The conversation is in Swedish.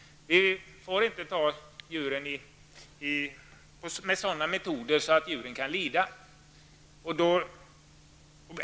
Djuren får inte fångas med sådana metoder som innebär lidande.